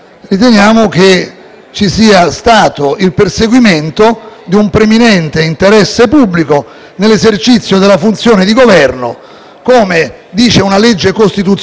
nell'esercizio della funzione di Governo, come dice una legge costituzionale del 1989, alla quale la Giunta ovviamente ha fatto riferimento.